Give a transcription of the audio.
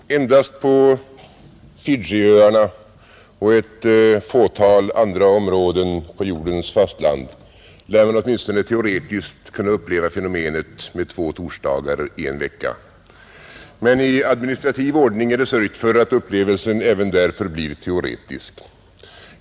Herr talman! Endast på Fidjiöarna och ett fåtal områden på jordens fastland lär man, åtminstone teoretiskt, kunna uppleva fenomenet med två torsdagar i en vecka. Men i administrativ ordning är det sörjt för att upplevelsen även där förblir teoretisk.